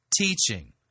teaching